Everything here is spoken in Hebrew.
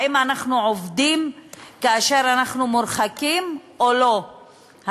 האם אנחנו עובדים כאשר אנחנו מורחקים או לא,